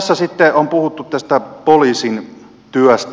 tässä sitten on puhuttu poliisin työstä